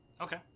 Okay